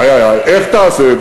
איי, איי, איי, איך תעשה את